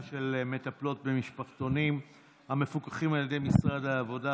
של מטפלות במשפחתונים המפוקחים על ידי משרד העבודה,